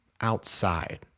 outside